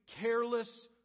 careless